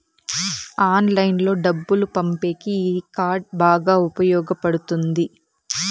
ఆన్లైన్లో డబ్బులు పంపేకి ఈ కార్డ్ బాగా ఉపయోగపడుతుంది